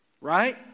Right